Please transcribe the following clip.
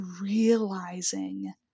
realizing